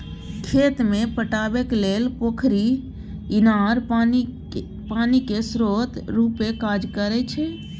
खेत केँ पटेबाक लेल पोखरि, इनार पानिक स्रोत रुपे काज करै छै